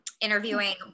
interviewing